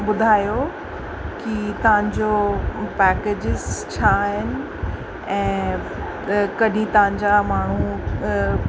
ॿुधायो की तव्हांजो पैकेज़िस छा आहिनि ऐं कॾहिं तव्हांजा माण्हू